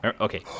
Okay